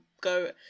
go